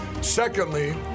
Secondly